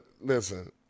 listen